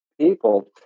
people